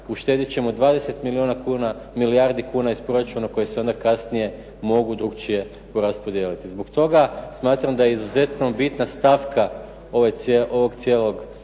uštedit ćemo 20 milijardi kuna iz proračuna koje se one kasnije mogu drugačije preraspodijeliti. Zbog toga smatram da je izuzetno bitna stavka ovog cijelog